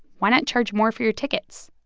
why not charge more for your tickets?